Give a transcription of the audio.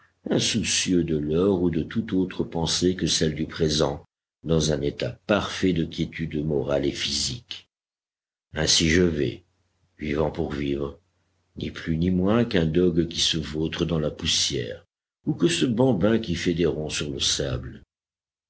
insoucieux de l'heure ou de toute autre pensée que celle du présent dans un état parfait de quiétude morale et physique ainsi je vais vivant pour vivre ni plus ni moins qu'un dogue qui se vautre dans la poussière ou que ce bambin qui fait des ronds sur le sable